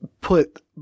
put